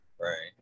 right